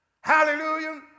Hallelujah